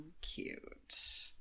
cute